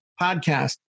podcast